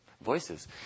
voices